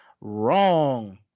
wrong